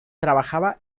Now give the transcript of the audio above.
trabajaba